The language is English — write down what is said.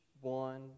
one